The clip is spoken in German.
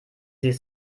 sich